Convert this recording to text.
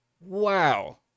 Wow